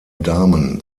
damen